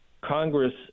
Congress